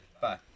Bye